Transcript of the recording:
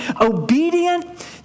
obedient